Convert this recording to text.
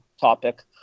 topic